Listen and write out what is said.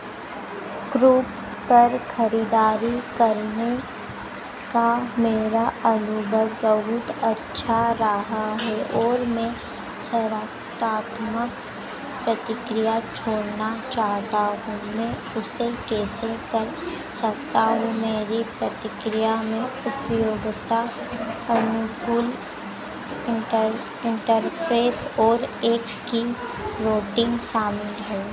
Koovs पर खरीदारी करने का मेरा अनुभव बहुत अच्छा रहा है और मैं सकारात्मक प्रतिक्रिया छोड़ना चाहता हूँ मैं उसे कैसे कर सकता हूँ मेरी प्रतिक्रिया में उपयोगिता अनुकूल इंटर इंटरफेस और एक की रोटिंग शामिल है